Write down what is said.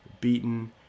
beaten